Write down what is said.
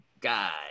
God